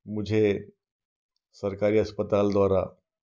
मुझे सरकारी अस्पताल द्वारा